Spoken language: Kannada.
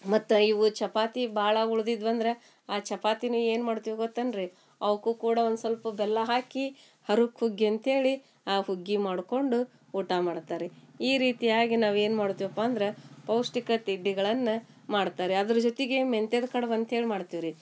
ಮತ್ತು ಇವು ಚಪಾತಿ ಭಾಳ ಉಳ್ದಿದ್ವಂದ್ರೆ ಆ ಚಪಾತಿನ ಏನು ಮಾಡ್ತೀವಿ ಗೊತ್ತೇನ್ ರೀ ಅವಕ್ಕೂ ಕೂಡ ಒಂದು ಸ್ವಲ್ಪ ಬೆಲ್ಲ ಹಾಕಿ ಹರಕ್ ಹುಗ್ಗಿ ಅಂತ ಹೇಳಿ ಆ ಹುಗ್ಗಿ ಮಾಡಿಕೊಂಡು ಊಟ ಮಾಡ್ತಾರೆ ರೀ ಈ ರೀತಿಯಾಗಿ ನಾವು ಏನು ಮಾಡ್ತೀವಪ್ಪ ಅಂದ್ರೆ ಪೌಷ್ಟಿಕ ತಿಂಡಿಗಳನ್ನು ಮಾಡ್ತಾರೆ ಅದ್ರ ಜೊತೆಗೆ ಮೆಂತ್ಯೆದು ಕಡ್ಬು ಅಂತ ಹೇಳಿ ಮಾಡ್ತೀವಿ ರೀ